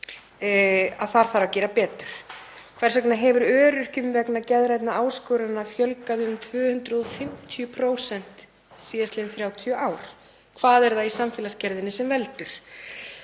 að þar þarf að gera betur. Hvers vegna hefur öryrkjum vegna geðrænna áskorana fjölgað um 250% síðastliðin 30 ár? Hvað er það í samfélagsgerðinni sem veldur?